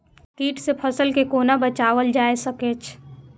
कीट से फसल के कोना बचावल जाय सकैछ?